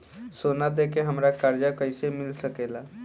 सोना दे के हमरा कर्जा कईसे मिल सकेला?